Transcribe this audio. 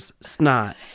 snot